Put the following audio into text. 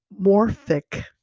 morphic